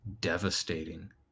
devastating